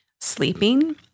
sleeping